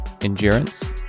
endurance